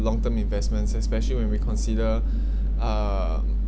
long term investments especially when we consider uh